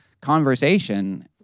conversation